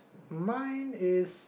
mine is